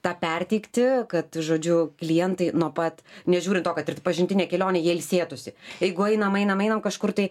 tą perteikti kad žodžiu klientai nuo pat nežiūrint to kad ir pažintinė kelionė jie ilsėtųsi jeigu einam einam einam kažkur tai